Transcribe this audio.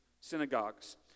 synagogues